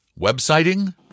Websiting